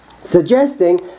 suggesting